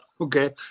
Okay